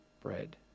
bread